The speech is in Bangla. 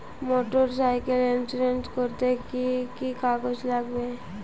মোটরসাইকেল ইন্সুরেন্স করতে কি কি কাগজ লাগবে?